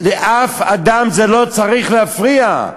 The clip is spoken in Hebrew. לאף אדם זה לא צריך להפריע.